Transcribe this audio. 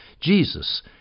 Jesus